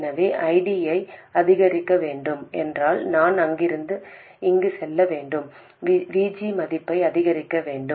எனவே IDயை அதிகரிக்க வேண்டும் என்றால் நான் அங்கிருந்து அங்கு செல்ல வேண்டும் VG மதிப்பை அதிகரிக்க வேண்டும்